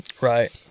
Right